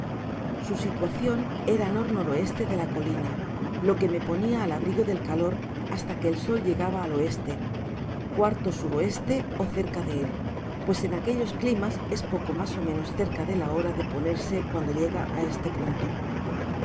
content from google book search generated at na lo que me ponia al abrigo del calor hasta que el s oí llegaba al o coarto s o ó cerca de él pues en aquellos climas es poco mas ó menos cerca de la hora de ponerse cuando llega á este punto